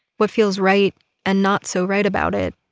what feels right and not so right about it,